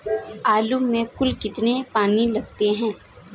आलू में कुल कितने पानी लगते हैं?